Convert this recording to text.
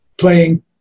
playing